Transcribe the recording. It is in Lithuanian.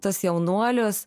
tuos jaunuolius